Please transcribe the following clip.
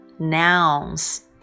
Nouns